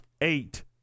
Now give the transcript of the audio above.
eight